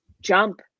jump